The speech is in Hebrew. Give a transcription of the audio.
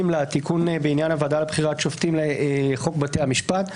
לתיקון בעניין הוועדה לבחירת שופטים לחוק בתי המשפט.